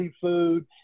Seafood